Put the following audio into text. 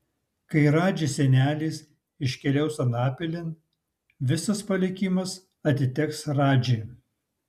kai radži senelis iškeliaus anapilin visas palikimas atiteks radži